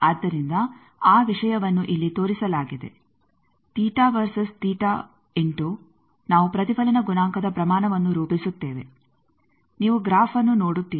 ಆದ್ದರಿಂದ ಆ ವಿಷಯವನ್ನು ಇಲ್ಲಿ ತೋರಿಸಲಾಗಿದೆ ತೀಟ ವರ್ಸಸ್ ತೀಟ ಇಂಟು ನಾವು ಪ್ರತಿಫಲನ ಗುಣಾಂಕದ ಪ್ರಮಾಣವನ್ನು ರೂಪಿಸುತ್ತೇವೆ ನೀವು ಗ್ರಾಫ್ಅನ್ನು ನೋಡುತ್ತೀರಿ